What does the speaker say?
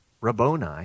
Rabboni